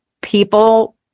people